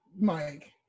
Mike